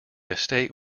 estate